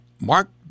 Mark